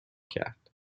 کرد